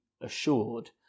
assured